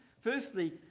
Firstly